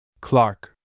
Clark